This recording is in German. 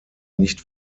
nicht